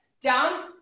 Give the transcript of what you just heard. Down